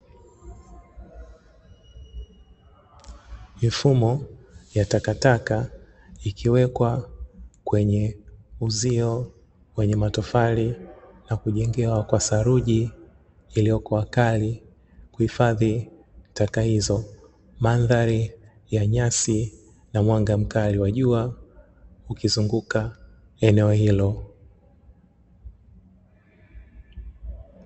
Mifumo ya takataka ikiwekwa kwenye uzio wenye matofali na kujengewa kwa saruji iliyokuwa kali, kuhifadhi taka hizo, mandhari ya nyasi na mwanga mkali wa jua ukizunguka eneo hilo.